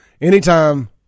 anytime